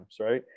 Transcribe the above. Right